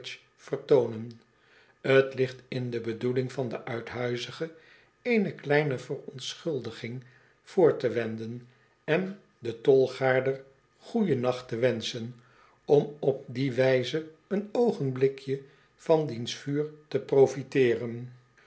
t ligt in de bedoeling van den uithuizige eene kleine verontschuldiging voor te wenden en den tolgaarder goeien nacht te wenschen om op die wijze een oogenblikje van diens vuur te profiteeren